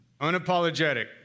unapologetic